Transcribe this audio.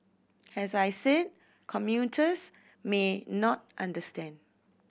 as I said commuters may not understand